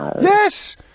Yes